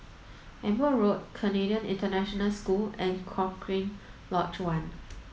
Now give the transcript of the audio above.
Amber Road Canadian International School and Cochrane Lodge One